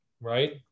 Right